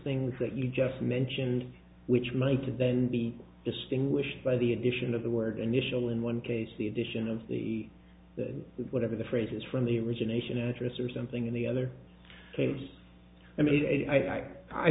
things that you just mentioned which make to then be distinguished by the addition of the word initial in one case the addition of the the whatever the phrase is from the origination address or something in the other case i mean i i